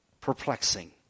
perplexing